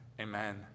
Amen